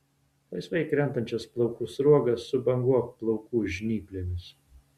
laisvai krentančias plaukų sruogas subanguok plaukų žnyplėmis